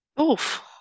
Oof